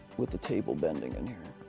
with the table bending and here.